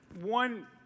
one